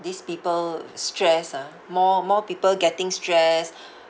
these people stressed ah more more people getting stressed